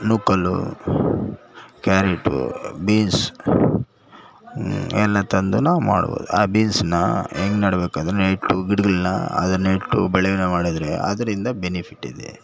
ನೂಕಲ್ಲು carrot beans ಎಲ್ಲ ತಂದು ನಾವು ಮಾಡ್ಬೋದು ಆ ಬೀನ್ಸನ್ನ ಹೆಂಗೆ ನೆಡಬೇಕಂದ್ರೆ ನೆಟ್ಟು ಗಿಡಗಳನ್ನ ಅದನ್ನು ನೆಟ್ಟು ಬೆಳೆನ ಮಾಡಿದ್ರೆ ಅದರಿಂದ ಬೆನಿಫಿಟ್ ಇದೆ